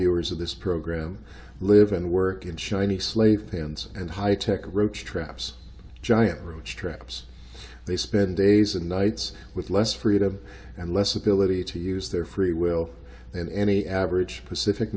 viewers of this program live and work in shiny slave pens and high tech roach traps giant robots traps they spend days and nights with less freedom and less ability to use their free will and any average pacific